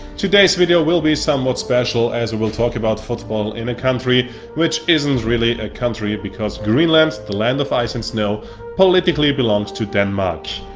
today's video will be somewhat special as we will talk about football in a country which isn't really a country, because greenland's the land of ice and snow politically belongs to denmark.